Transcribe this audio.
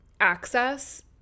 access